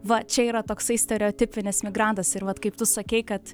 va čia yra toksai stereotipinis migrantas ir vat kaip tu sakei kad